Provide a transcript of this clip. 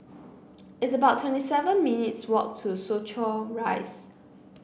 it's about twenty seven minutes' walk to Soo Chow Rise